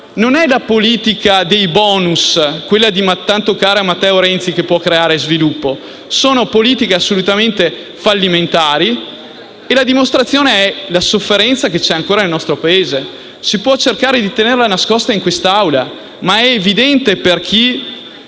Non è la politica dei *bonus*, quella tanto cara a Matteo Renzi, che può creare sviluppo. Queste sono politiche assolutamente fallimentari e ne è dimostrazione la sofferenza che c'è ancora nel nostro Paese. Si può cercare di tenerla nascosta in quest'Aula, ma è evidente per chi